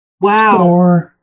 Wow